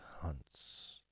hunts